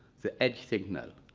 it's a edge signal.